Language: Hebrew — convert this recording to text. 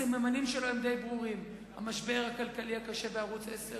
הסממנים שלו הם די ברורים: המשבר הכלכלי הקשה בערוץ-10,